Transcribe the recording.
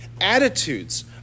attitudes